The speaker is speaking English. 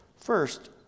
First